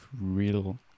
real